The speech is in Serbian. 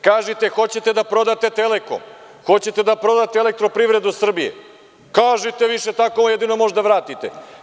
Kažite - hoćete da prodate „Telekom“, hoćete da prodate „Elektroprivredu Srbije“, kažite – više, tako jedino možete da vratite.